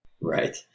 Right